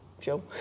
show